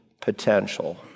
potential